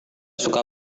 suka